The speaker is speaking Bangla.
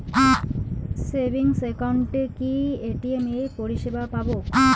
সেভিংস একাউন্টে কি এ.টি.এম পরিসেবা পাব?